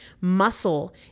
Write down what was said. Muscle